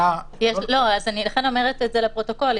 לכן אני אומרת את זה לפרוטוקול.